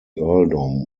earldom